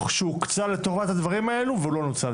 שהוקצה לטובת הדברים האלו והוא לא נוצל,